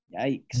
yikes